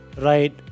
right